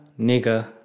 nigger